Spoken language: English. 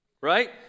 right